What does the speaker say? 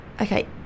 Okay